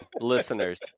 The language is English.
listeners